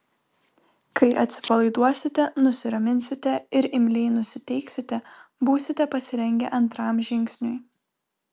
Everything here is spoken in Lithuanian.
kai atsipalaiduosite nusiraminsite ir imliai nusiteiksite būsite pasirengę antram žingsniui